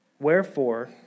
Wherefore